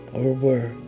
or were,